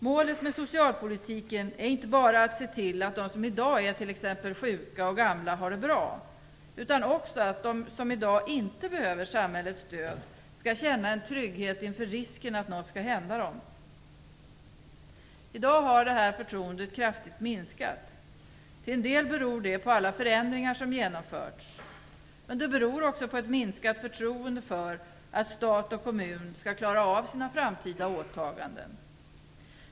Målet med socialpolitiken är inte bara att se till att de som i dag är t.ex. sjuka och gamla har det bra utan också att de som i dag inte behöver samhällets stöd skall känna en trygghet inför risken att något händer dem. I dag har det här förtroendet kraftigt minskat. Till en del beror det på alla förändringar som genomförts, men det beror också på ett minskat förtroende för att stat och kommun skall klara av sina framtida åtaganden.